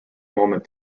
moment